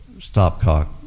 stopcock